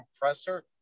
compressor